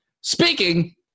Speaking